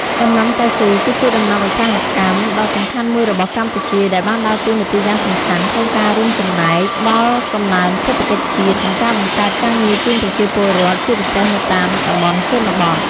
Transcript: ដំណាំកៅស៊ូ គឺជាដំណាំឧស្សាហកម្មដ៏សំខាន់មួយរបស់កម្ពុជា ដែលបានដើរតួនាទីយ៉ាងសំខាន់ក្នុងការរួមចំណែកដល់កំណើនសេដ្ឋកិច្ចជាតិ និងការបង្កើតការងារជូនប្រជាពលរដ្ឋ ជាពិសេសនៅតាមតំបន់ជនបទ។